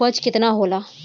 उपज केतना होला?